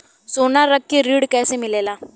सोना रख के ऋण कैसे मिलेला?